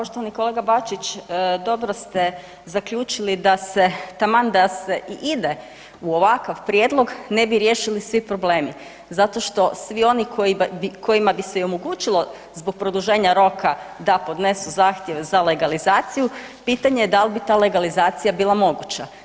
Poštovani kolega Bačić dobro ste zaključili da se taman da i ide u ovakav prijedlog ne bi riješili svi problemi zato što svi oni kojima bi se i omogućilo zbog produženja roka da podnesu zahtjev za legalizaciju pitanje je da li bi ta legalizacija bila moguća.